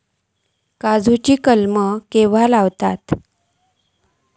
काजुची कलमा केव्हा लावची?